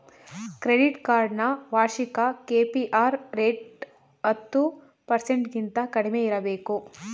credit card ನ ವಾರ್ಷಿಕ KPR rate ಹತ್ತು ಪರ್ಸೆಂಟಗಿಂತ ಕಡಿಮೆ ಇರಬೇಕು